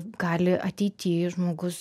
gali ateity žmogus